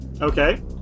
Okay